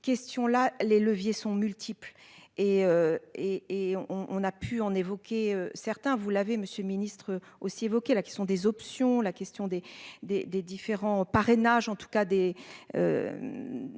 question là. Les leviers sont multiples et et et on on a pu en évoquer certains vous l'avez monsieur Ministre aussi évoqué la qui sont des options, la question des des des différents parrainage en tout cas des.